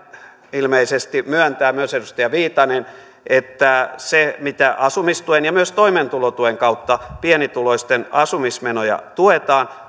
ilmeisesti myöntää myös edustaja viitanen että se mitä asumistuen ja myös toimeentulotuen kautta pienituloisten asumismenoja tuetaan